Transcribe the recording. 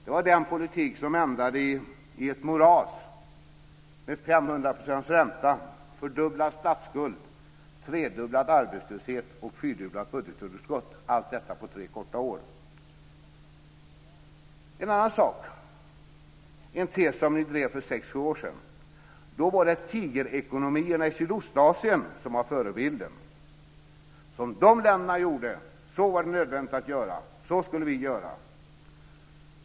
Det var den politiken som ändade i ett moras med 500 procents ränta, fördubblad statsskuld, tredubblad arbetslöshet och fyrdubblat budgetunderskott. Allt detta på tre korta år. En annan sak gäller en tes som ni drev för sex-sju år sedan. Då var det tigerekonomierna i Sydostasien som var förebilden. Som de länderna gjorde var det nödvändigt att göra, så skulle vi göra.